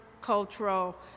cultural